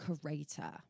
curator